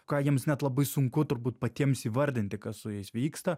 ką jiems net labai sunku turbūt patiems įvardinti kas su jais vyksta